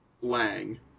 Lang